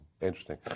Interesting